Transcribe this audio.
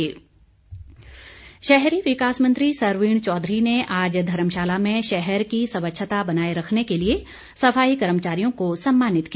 सम्मान शहरी विकास मंत्री सरवीण चौधरी ने आज धर्मशाला में शहर की स्वच्छता बनाए रखने के लिए सफाई कर्मचारियों को सम्मानित किया